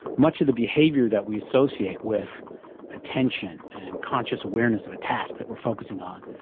much of the behaviour that we associate with attention and conscious awareness of a task that we're focusing on,